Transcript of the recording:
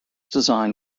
design